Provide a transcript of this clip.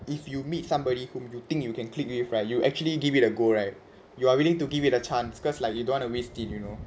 if you meet somebody whom you think you can click with right you actually give it a go right you are willing to give it a chance cause like you don't want to waste it you know